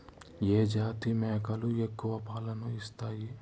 ఏ జాతి మేకలు ఎక్కువ పాలను ఇస్తాయి?